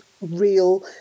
real